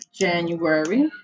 January